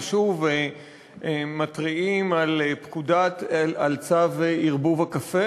ושוב מתריעים על צו ערבוב הקפה,